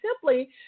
simply